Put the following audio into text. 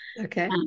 Okay